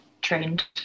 trained